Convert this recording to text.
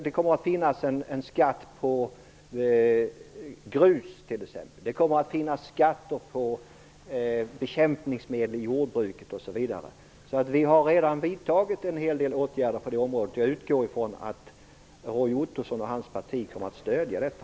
Det kommer att finnas med en skatt på grus, bekämpningsmedel i jordbruket m.m. Så vi har redan vidtagit en hel del åtgärder på det området, och jag utgår ifrån att Roy Ottosson och hans parti kommer att stödja detta.